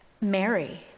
Mary